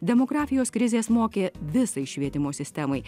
demografijos krizė smokė visai švietimo sistemai